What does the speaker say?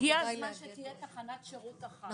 הגיע הזמן שתהיה תחנת שירות אחת.